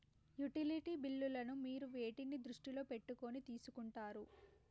Utility బిల్లులను మీరు వేటిని దృష్టిలో పెట్టుకొని తీసుకుంటారు?